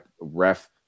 ref